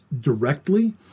directly